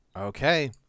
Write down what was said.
Okay